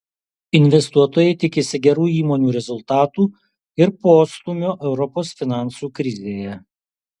investuotojai tikisi gerų įmonių rezultatų ir postūmio europos finansų krizėje